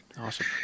Awesome